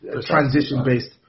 transition-based